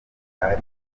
mpamvu